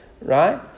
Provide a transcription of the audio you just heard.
right